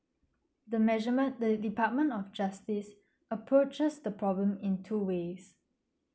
the measurement the department of justice approaches the problem in two ways